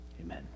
Amen